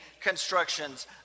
constructions